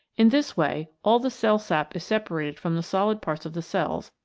in this way all the cell sap is separated from the solid parts of the cells,